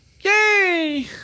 Yay